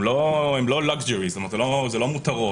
זה לא מותרות.